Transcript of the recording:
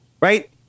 right